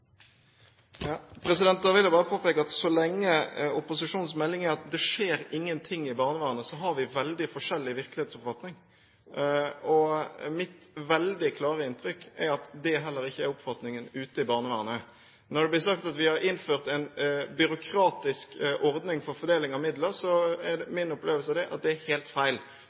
Da vil jeg bare påpeke at så lenge opposisjonens melding er at det skjer ingenting i barnevernet, så har vi veldig forskjellig virkelighetsoppfatning. Mitt veldig klare inntrykk er at det heller ikke er oppfatningen ute i barnevernet. Når det blir sagt at vi har innført en byråkratisk ordning for fordeling av midler, er min opplevelse av det at det er helt feil.